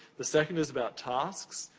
the second is about tasks.